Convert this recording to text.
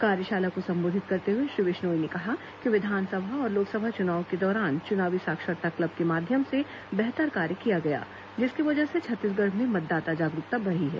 कार्यशाला को संबोधित करते हुए श्री विश्नोई ने कहा की विधानसभा और लोकसभा चुनाव के दौरान चुनावी साक्षरता क्लब के माध्यम से बेहतर कार्य किया गया जिसकी वजह से छत्तीसगढ़ में मतदाता जागरूकता बढ़ी है